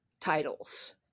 titles